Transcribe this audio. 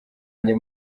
njye